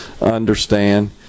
understand